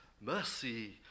mercy